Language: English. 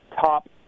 top